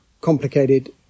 complicated